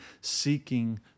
seeking